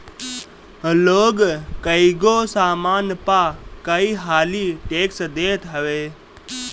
लोग कईगो सामान पअ कई हाली टेक्स देत हवे